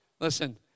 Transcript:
Listen